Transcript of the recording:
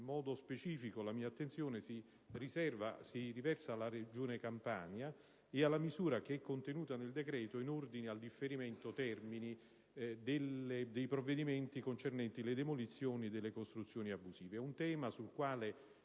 In modo specifico, la mia attenzione si riversa sulla Regione Campania e sulla misura contenuta nel decreto-legge in ordine al differimento dei termini dei provvedimenti concernenti le demolizioni delle costruzioni abusive.